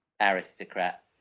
aristocrat